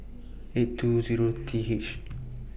eight two Zero T H